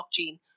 blockchain